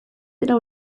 dela